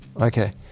Okay